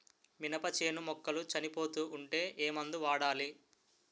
మినప చేను మొక్కలు చనిపోతూ ఉంటే ఏమందు వాడాలి?